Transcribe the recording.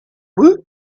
woot